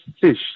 fish